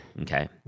Okay